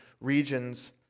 regions